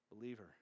Believer